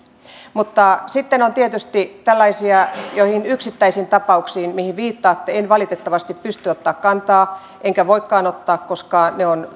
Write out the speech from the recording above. mutta sitten on tietysti tällaisia joihin yksittäisiin tapauksiin mihin viittaatte en valitettavasti pysty ottamaan kantaa enkä voikaan ottaa koska ne päätökset on